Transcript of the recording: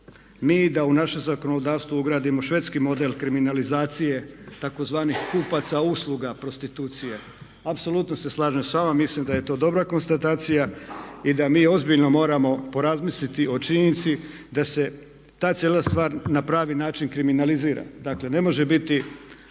mi da u našem zakonodavstvu ugradimo švedski model kriminalizacije tzv. kupaca usluga prostitucije. Apsolutno se slažem s vama, mislim da je to dobra konstatacija i da mi ozbiljno moramo porazmisliti o činjenici da se ta cijela stvar na pravi način kriminalizira. Dakle ne može biti